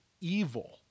evil